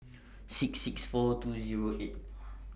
six six four two Zero eight